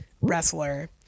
wrestler